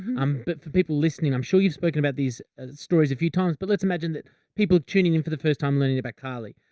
um, but for people listening, i'm sure you've spoken about these stories a few times, but let's imagine that people are tuning in for the first time learning about carly.